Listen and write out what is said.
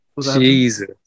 Jesus